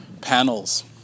panels